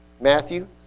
Matthew